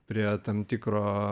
prie tam tikro